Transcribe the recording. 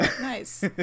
Nice